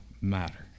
matter